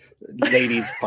ladies